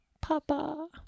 Papa